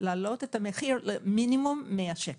ולהעלות את המחיר למינימום 100 שקלים.